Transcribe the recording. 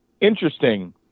interesting